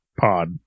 Pod